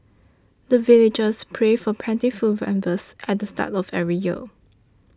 the villagers pray for plentiful at the start of every year